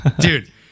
dude